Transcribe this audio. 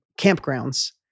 campgrounds